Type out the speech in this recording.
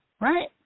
right